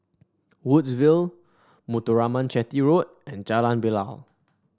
Woodsville Muthuraman Chetty Road and Jalan Bilal